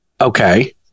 Okay